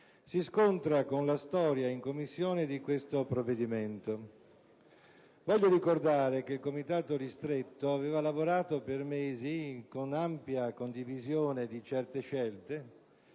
si scontra con la storia in Commissione di questo provvedimento. Voglio ricordare che il Comitato ristretto aveva lavorato per mesi trovando un'ampia condivisione su certe scelte,